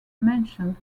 mentioned